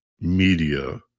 media